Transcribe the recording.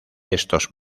estos